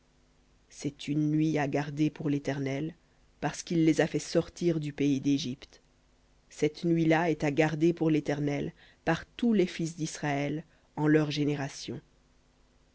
c'est une nuit à garder pour l'éternel parce qu'il les a fait sortir du pays d'égypte cette nuit-là est à garder pour l'éternel par tous les fils d'israël en leurs générations